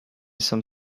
some